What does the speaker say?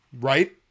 Right